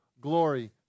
glory